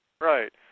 Right